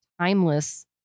timeless